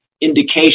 indication